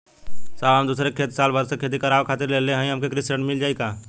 साहब हम दूसरे क खेत साल भर खेती करावे खातिर लेहले हई हमके कृषि ऋण मिल जाई का?